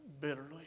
bitterly